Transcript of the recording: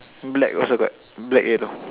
black also got black yellow